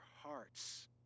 hearts